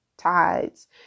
Tides